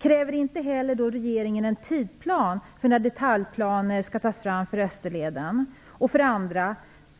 Kräver inte heller regeringen en tidsplan för när detaljplaner skall tas fram för Österleden?